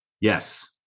Yes